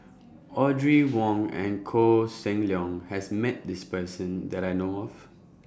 Audrey Wong and Koh Seng Leong has Met This Person that I know of